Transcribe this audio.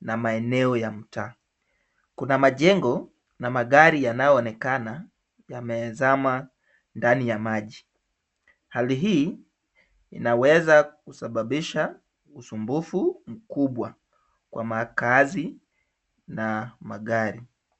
na maeneo ya mtaa. Kuna majengo na magari yanayoonekana yamezama ndani ya maji. Hali hii inaweza kusababisha usumbufu mkubwa kwa makaazi na magari.